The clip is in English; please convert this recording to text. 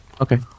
Okay